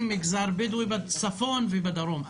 מגזר בדואי בצפון ובדרום.